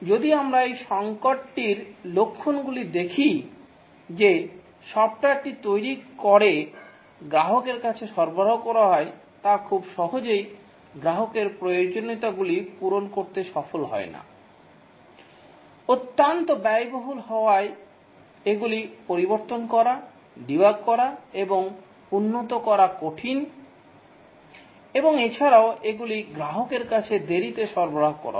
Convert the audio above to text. যদি আমরা এই সংকটটির লক্ষণগুলি দেখি যে সফ্টওয়্যারটি তৈরি করে গ্রাহকের কাছে সরবরাহ করা হয় তা খুব সহজেই গ্রাহকের প্রয়োজনীয়তাগুলি পূরণ করতে সফল হয় না অত্যন্ত ব্যয়বহুল হাওয়ায় এগুলি পরিবর্তন করা ডিবাগ করা এবং উন্নত করা কঠিন এবং এছাড়াও এগুলি গ্রাহকের কাছে দেরীতে সরবরাহ করা হয়